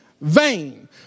vain